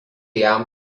jam